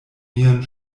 mian